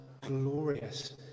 glorious